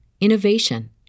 innovation